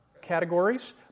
categories